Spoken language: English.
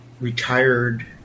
retired